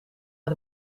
uit